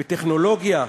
בטכנולוגיה?